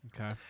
Okay